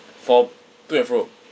for to and fro